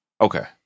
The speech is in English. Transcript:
Okay